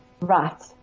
Right